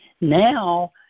Now